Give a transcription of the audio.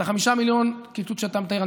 את הקיצוץ של 5 מיליון שאתה מתאר,